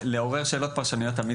תמיד אפשר לעורר שאלות פרשניות.